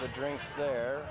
the drinks there